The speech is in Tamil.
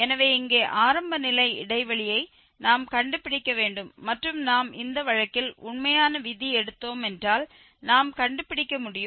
எனவே இங்கே ஆரம்ப நிலை இடைவெளியை நாம் கண்டுபிடிக்க வேண்டும் மற்றும் நாம் இந்த வழக்கில் உண்மையான விதி எடுத்தோம் என்றால் நாம் கண்டுபிடிக்க முடியும்